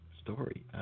story